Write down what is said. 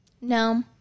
No